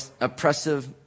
oppressive